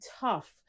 tough